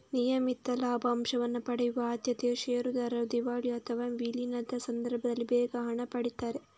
ನಿಯಮಿತ ಲಾಭಾಂಶವನ್ನ ಪಡೆಯುವ ಆದ್ಯತೆಯ ಷೇರುದಾರರು ದಿವಾಳಿ ಅಥವಾ ವಿಲೀನದ ಸಂದರ್ಭದಲ್ಲಿ ಬೇಗ ಹಣ ಪಡೀತಾರೆ